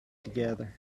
together